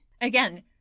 Again